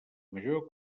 major